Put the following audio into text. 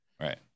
Right